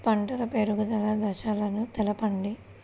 పంట పెరుగుదల దశలను తెలపండి?